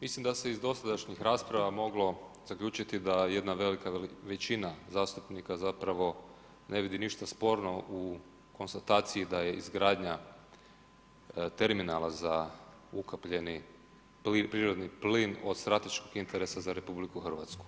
Mislim da se iz dosadašnjih rasprava moglo zaključiti da jedna velika većina zastupnika zapravo ne vidi ništa sporno u konstataciji da je izgradnja terminala za ukapljeni prirodni plin od strateškog interesa za RH.